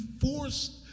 forced